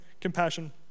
compassion